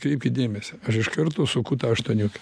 kreipkit dėmesį aš iš karto suku tą aštuoniukę